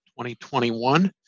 2021